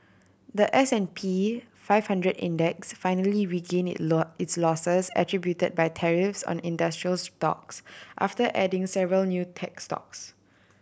the S and P five hundred Index finally regain its losses attributed by tariffs on industrials stocks after adding several new tech stocks